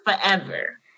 Forever